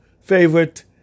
favorite